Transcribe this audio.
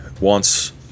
wants